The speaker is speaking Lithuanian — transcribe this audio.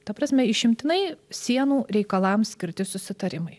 ta prasme išimtinai sienų reikalams skirti susitarimai